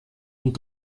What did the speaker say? und